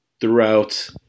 throughout